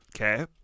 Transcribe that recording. Okay